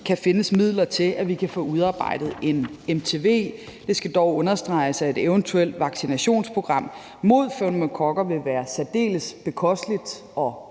kan findes midler til, at vi kan få udarbejdet en MTV. Det skal dog understreges, at et eventuelt vaccinationsprogram mod pneumokokker vil være særdeles bekosteligt at